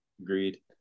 Agreed